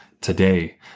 today